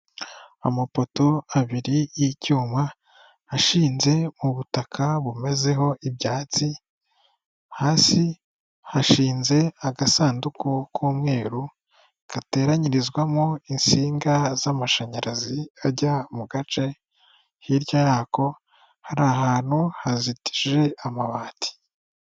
Amapoto abiri y'icyuma, ashinze mu butaka bumezeho ibyatsi, hasi hashinze agasanduku k'umweru, gateranyirizwamo insinga z'amashanyarazi ajya mu gace, hirya yako hari ahantu hazitije amabati.